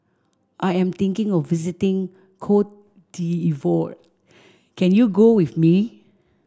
I am thinking of visiting Cote d'Ivoire can you go with me